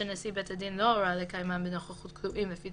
שנשיא בית הדין לא הורה לקיימם בנוכחות כלואים לפי